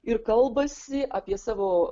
ir kalbasi apie savo